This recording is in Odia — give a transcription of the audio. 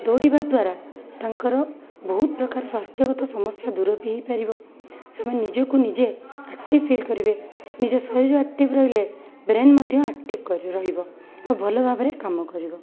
ଦୌଡ଼ିବା ଦ୍ଵାରା ତାଙ୍କର ବହୁତ ପ୍ରକାର ସ୍ଵାସ୍ଥ୍ୟଗତ ସମସ୍ୟା ଦୂର ବି ହେଇପାରିବ ସେମାନେ ନିଜକୁ ନିଜେ ଆକ୍ଟିଭ ଫିଲ୍ କରିବେ ନିଜ ଶରୀର ଆକ୍ଟିଭ ରହିଲେ ବ୍ରେନ୍ ମଧ୍ୟ ଆକ୍ଟିଭ କରି ରହିବ ଆଉ ଭଲ ଭାବରେ କାମ କରିବ